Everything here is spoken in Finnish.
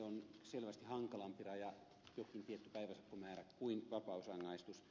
on selvästi hankalampi raja jokin tietty päiväsakkomäärä kuin vapausrangaistus